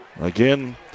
Again